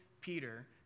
Peter